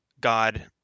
God